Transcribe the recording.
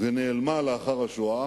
ונעלמה לאחר השואה.